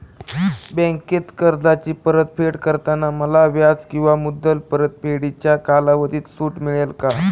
बँकेत कर्जाची परतफेड करताना मला व्याज किंवा मुद्दल परतफेडीच्या कालावधीत सूट मिळेल का?